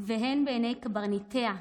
והן בעיני קברניטיה,